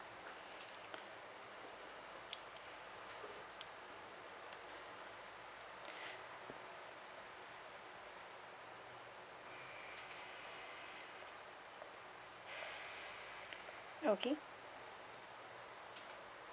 okay